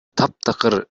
таптакыр